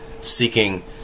seeking